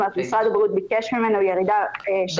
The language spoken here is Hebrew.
זאת אומרת משרד הבריאות ביקש ממנו שנאפשר ירידה בהשתתפות העצמית.